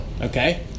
Okay